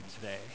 today